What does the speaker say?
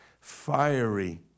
fiery